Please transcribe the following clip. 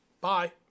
Bye